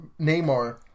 Neymar